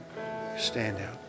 standout